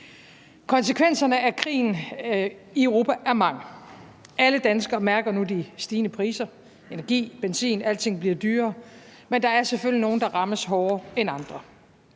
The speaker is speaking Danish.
Konsekvenserne af krigen i Europa er mange. Alle danskere mærker nu de stigende priser, energi, benzin, alting bliver dyrere, men der er selvfølgelig nogle, der rammes hårdere end andre.